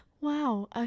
wow